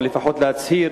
או לפחות להצהיר